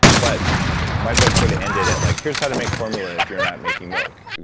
but my book sort of ended at like here's how to make formula if you're not making milk.